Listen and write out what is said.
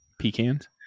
Pecans